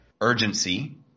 urgency